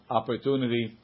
opportunity